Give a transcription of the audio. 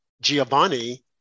Giovanni